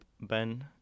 Ben